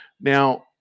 Now